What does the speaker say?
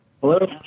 Hello